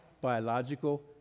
biological